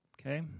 Okay